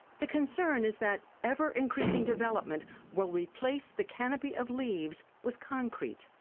the concern is that ever-increasing development will replace the canopy of leaves with concrete.